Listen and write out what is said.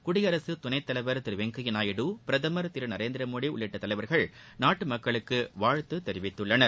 குடியரசு துணைத்தலைவர் திரு வெங்கையா நாயுடு பிரதம் திரு நரேந்திரமோடி உள்ளிட்ட தலைவர்கள் நாட்டு மக்களுக்கு வாழ்த்து தெரிவித்துள்ளனர்